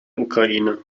ukraine